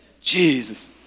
Jesus